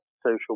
social